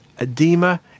edema